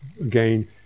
again